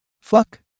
Fuck